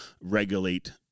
regulate